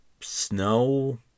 snow